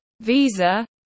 visa